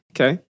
Okay